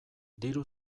diru